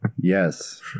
yes